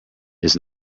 its